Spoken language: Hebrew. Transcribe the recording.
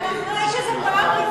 אחריו,